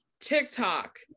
TikTok